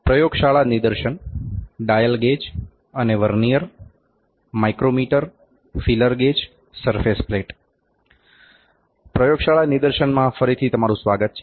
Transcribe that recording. પ્રયોગશાળા નિદર્શન dial gauge અને vernier micrometer feeler gauge surface plate પ્રયોગશાળા નિદર્શનમાં ફરીથી તમારુ સ્વાગત છે